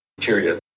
Period